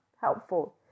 helpful